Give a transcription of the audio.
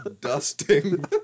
dusting